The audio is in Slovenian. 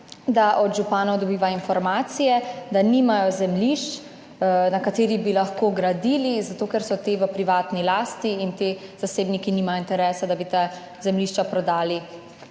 da od županov dobiva informacije, da nimajo zemljišč, na katerih bi lahko gradili, zato ker so ta v privatni lasti in ti zasebniki nimajo interesa, da bi ta zemljišča prodali